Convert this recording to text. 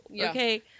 okay